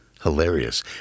hilarious